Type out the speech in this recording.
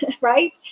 Right